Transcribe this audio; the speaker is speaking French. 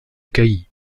cailly